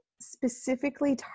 specifically